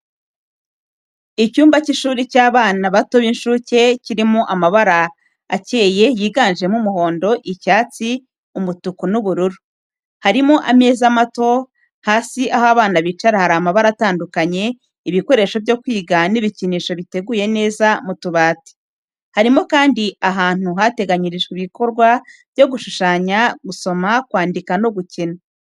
Icyumba cy’ishuri ry’abana bato b'incuke kirimo amabara akeye yiganjemo umuhondo, icyatsi, umutuku, n’ubururu. Harimo ameza mato, hasi aho abana bicara hari amabara atandukanye, ibikoresho byo kwiga n’ibikinisho biteguye neza mu tubati. Harimo kandi ahantu hateganyirijwe ibikorwa byo gushushanya, gusoma, kwandika no gukina.